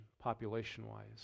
population-wise